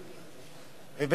לכולם.